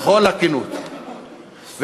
בכל הכנות והאחריות: